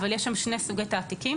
אבל יש שם שני סוגי תעתיקים,